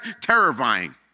terrifying